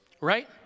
Right